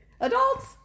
Adults